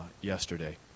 yesterday